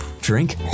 drink